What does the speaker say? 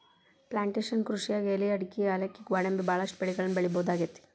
plantation ಕೃಷಿಯಾಗ್ ಎಲಿ ಅಡಕಿ ಯಾಲಕ್ಕಿ ಗ್ವಾಡಂಬಿ ಬಹಳಷ್ಟು ಬೆಳಿಗಳನ್ನ ಬೆಳಿಬಹುದಾಗೇತಿ